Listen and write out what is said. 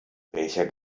welcher